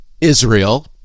Israel